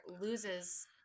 loses